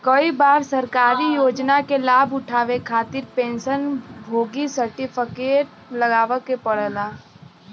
कई बार सरकारी योजना क लाभ उठावे खातिर पेंशन भोगी सर्टिफिकेट लगावे क पड़ेला